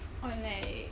for like